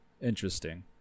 interesting